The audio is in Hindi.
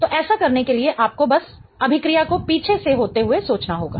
तो ऐसा करने के लिए आपको बस अभिक्रिया को पीछे से होते हुए सोचना होगा